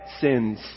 sins